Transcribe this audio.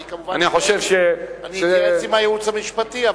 אני כמובן אתייעץ עם הייעוץ המשפטי,